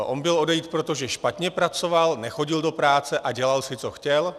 On byl odejit proto, že špatně pracoval, nechodil do práce a dělal si, co chtěl?